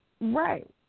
Right